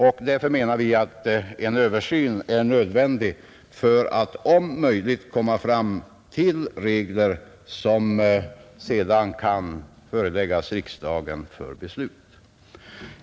En översyn är därför nödvändig — menar vi — som kan leda till regler som sedan kan föreläggas riksdagen för beslut.